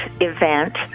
event